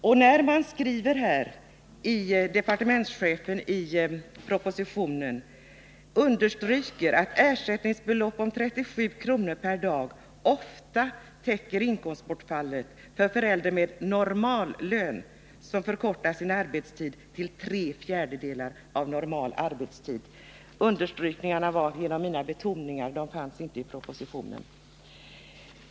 Departementschefen understryker i propositionen att ett ersättningsbelopp om 37 kr. per dag ofta täcker inkomstbortfallet för förälder med normallön som förkortar sin arbetstid till tre fjärdedelar av normal arbetstid. Betoningarna är mina — de finns inte i propositionen.